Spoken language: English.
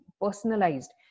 personalized